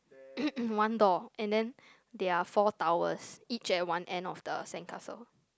one door and then there are four towers each at one end of the sand castle